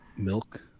Milk